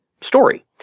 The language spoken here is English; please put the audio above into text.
story